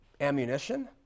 ammunition